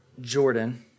Jordan